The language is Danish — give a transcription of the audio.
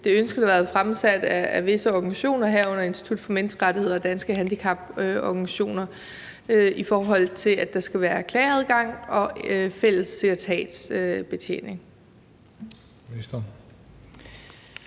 det ønske, der har været fremsat af visse organisationer, herunder Institut for Menneskerettigheder og Danske Handicaporganisationer, om, at der skal være klageadgang og fælles sekretariatsbetjening.